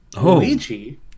Luigi